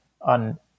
on